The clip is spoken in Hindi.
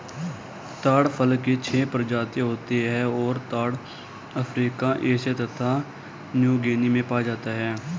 ताड़ फल की छह प्रजातियाँ होती हैं और ताड़ अफ्रीका एशिया तथा न्यूगीनी में पाया जाता है